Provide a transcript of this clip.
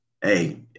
hey